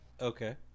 okay